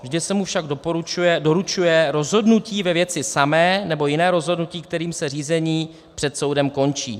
Vždy se mu však doručuje rozhodnutí ve věci samé nebo jiné rozhodnutí, kterým se řízení před soudem končí.